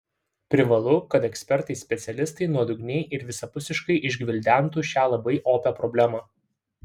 privalu kad ekspertai specialistai nuodugniai ir visapusiškai išgvildentų šią labai opią problemą